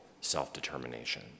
self-determination